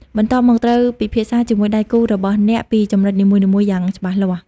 បន្ទាប់មក ត្រូវពិភាក្សាជាមួយដៃគូរបស់អ្នកពីចំណុចនីមួយៗយ៉ាងច្បាស់លាស់។